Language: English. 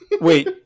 Wait